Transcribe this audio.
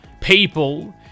people